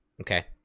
Okay